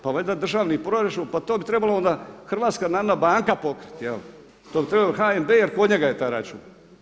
Pa valjda državni proračun, pa to bi trebalo onda, HNB-a pokriti, to bi trebao HNB jer kod njega je taj račun.